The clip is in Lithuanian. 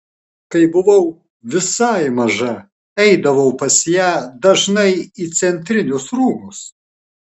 kai buvau visai maža eidavau pas ją dažnai į centrinius rūmus